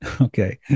Okay